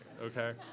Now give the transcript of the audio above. okay